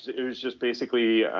it was just basically